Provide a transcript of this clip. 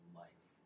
life